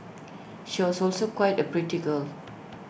she also is quite A pretty girl